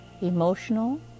emotional